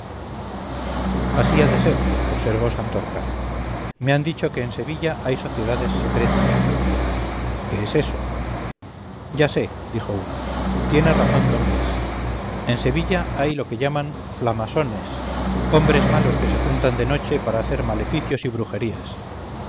así ha de ser observó santorcaz me han dicho que en sevilla hay sociedades secretas qué es eso ya sé dijo uno tiene razón d luis en sevilla hay lo que llaman flamasones hombres malos que se juntan de noche para hacer maleficios y brujerías